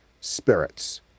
spirits